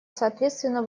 соответственно